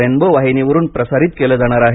rainbow वाहिनीवरून प्रसारित केले जाणार आहे